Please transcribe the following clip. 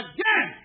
Again